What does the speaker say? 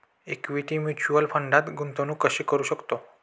Equity mutual फंडात गुंतवणूक कशी करू शकतो?